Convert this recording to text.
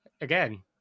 again